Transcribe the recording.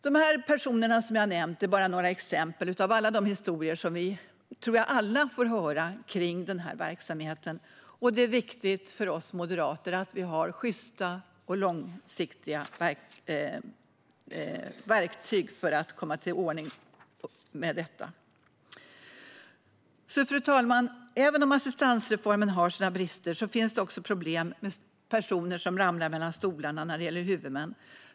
De personer som jag har nämnt är bara några exempel bland alla de historier som jag tror att vi alla får höra kring den här verksamheten, och det är viktigt för oss moderater att vi har sjysta och långsiktiga verktyg för att komma till rätta med det här. Fru talman! Även om assistansreformen har sina brister finns det också ett problem med personer som ramlar mellan stolarna när det gäller huvudmän.